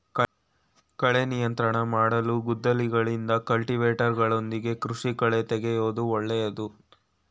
ಕಳೆ ನಿಯಂತ್ರಣ ಮಾಡಲು ಗುದ್ದಲಿಗಳಿಂದ, ಕಲ್ಟಿವೇಟರ್ಗಳೊಂದಿಗೆ ಕೃಷಿ ಕಳೆತೆಗೆಯೂದು ಒಳ್ಳೇದು